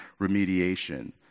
remediation